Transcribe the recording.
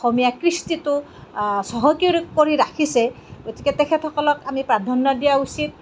অসমীয়া কৃষ্টিটো চহকী কৰি ৰাখিছে গতিকে তেখেতসকলক আমি প্ৰাধান্য দিয়া উচিত